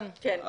כן.